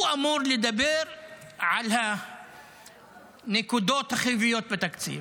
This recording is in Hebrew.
הוא אמור לדבר על הנקודות החיוביות בתקציב.